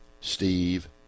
Steve